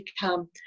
become